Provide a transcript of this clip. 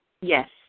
Yes